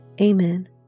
Amen